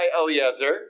Eliezer